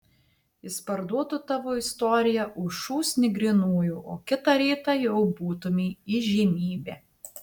jis parduotų tavo istoriją už šūsnį grynųjų o kitą rytą jau būtumei įžymybė